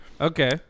Okay